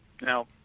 Now